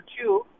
two